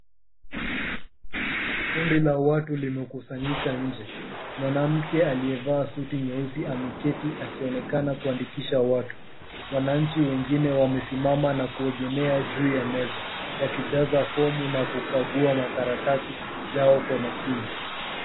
Kundi la watu limekusanyika nje. Mwanamke aliyevaa suti nyeusi ameketi, akionekana kuandikisha watu. Wananchi wengine wamesimama na kuegemea juu ya meza, wakijaza fomu na kukagua makaratasi yao kwa makini.